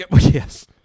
Yes